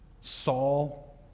Saul